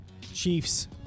Chiefs